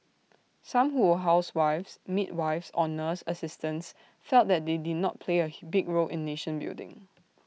some who were housewives midwives or nurse assistants felt that they did not play A big role in nation building